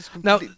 Now